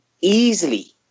easily